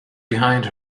behind